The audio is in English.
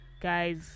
guys